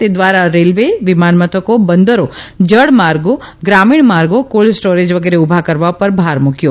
તે દ્વારા રેલવે વિમાન મથકો બંદરો જળમાર્ગો ગ્રામીણ માર્ગો કોલ્ડ સ્ટોરેજ વગેરે ઉભા કરવા પર ભાર મુકચો